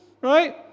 right